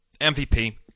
MVP